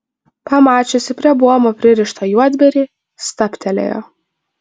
pamačiusi prie buomo pririštą juodbėrį stabtelėjo